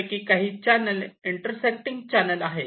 पैकी काही channel intersecting channel आहे